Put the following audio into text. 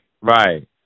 Right